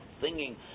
singing